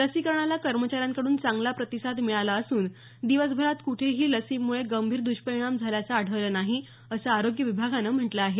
लसीकरणाला कर्मचाऱ्यांकडून चांगला प्रतिसाद मिळाला असून दिवसभरात कुठेही लसीमुळे गंभीर दुष्परिणाम झाल्याचं आढळलं नाही असं आरोग्य विभागानं म्हटलं आहे